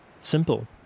Simple